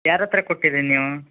ಯಾರ ಹತ್ರ ಕೊಟ್ಟಿದ್ದಿರಿ ನೀವು